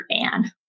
ban